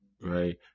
right